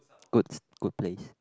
good s~ good place